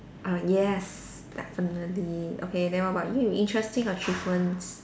uh yes definitely okay then what about you interesting achievements